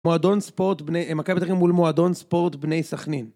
מועדון ספורט בני, מבין פתח תקווה מול מועדון ספורט בני סכנין